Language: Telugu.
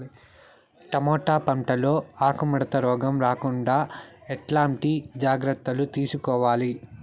టమోటా పంట లో ఆకు ముడత రోగం రాకుండా ఎట్లాంటి జాగ్రత్తలు తీసుకోవాలి?